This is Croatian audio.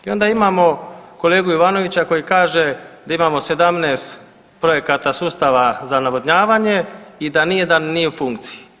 I onda imamo kolegu Ivanovića koji kaže da imamo 17 projekata sustava za navodnjavanje i da nijedan nije u funkciji.